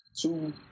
two